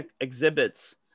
exhibits